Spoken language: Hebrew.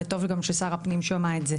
וטוב גם ששר הפנים שמע את זה.